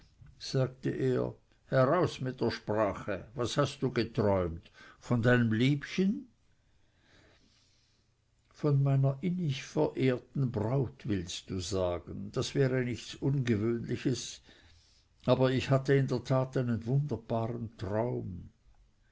sagte er heraus mit der sprache was hast du geträumt von deinem liebchen von meiner innig verehrten braut willst du sagen das wäre nichts ungewöhnliches aber ich hatte in der tat einen wunderbaren traum